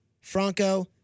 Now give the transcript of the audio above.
Franco